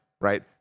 right